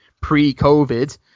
pre-COVID